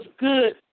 good